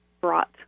brought